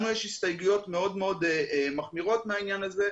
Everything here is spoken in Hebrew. לנו יש הסתייגויות מאוד מחמירות בעניין הזה.